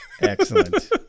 Excellent